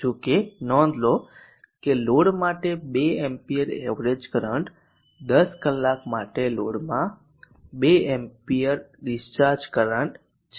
જો કે નોંધ લો કે લોડ માટે 2 amps એવરેજ કરંટ 10 કલાક માટે લોડમાં 2 amps ડિસ્ચાર્જ કરંટ છે